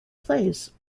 plays